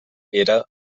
era